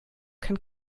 kann